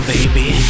baby